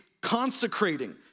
consecrating